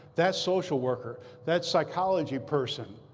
that social worker, that psychology person,